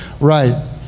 right